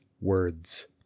words